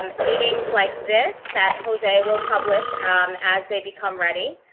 um meetings like this that jose will publish as they become ready,